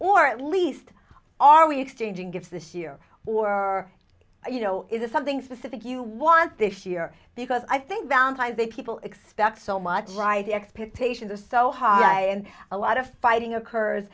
or at least are we exchanging gifts this year or you know is this something specific you want this year because i think valentine's day people expect so much right expectations are so high and a lot of fighting occurs